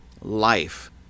life